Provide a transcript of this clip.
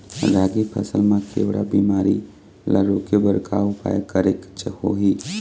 रागी फसल मा केवड़ा बीमारी ला रोके बर का उपाय करेक होही?